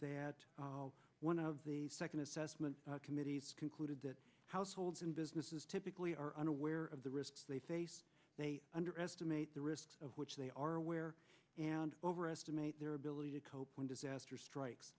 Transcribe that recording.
that one of the second assessment committees concluded that households and businesses typically are unaware of the risks they face they underestimate the risks of which they are aware and overestimate their ability to cope when does as strikes